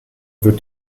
wird